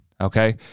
okay